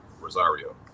Rosario